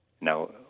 Now